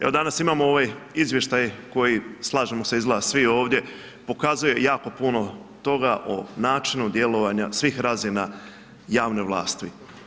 Evo, danas imamo ovaj izvještaj, koji, slažemo se izgleda, svi ovdje, pokazuje jako puno toga o načinu djelovanja svih razina javne vlasti.